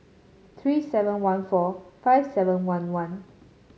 three seven one four five seven one one